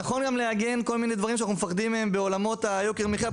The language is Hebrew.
נכון גם לעגן כל מיני דברים שאנחנו מפחדים מהם בעולמות יוקר המחייה,